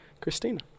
Christina